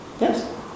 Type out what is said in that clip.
yes